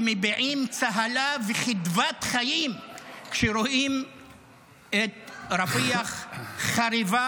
שמביעים צהלה וחדוות חיים כשהם רואים את רפיח חרבה,